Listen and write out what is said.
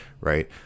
right